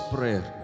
Prayer